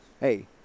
hey